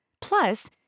Plus